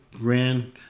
ran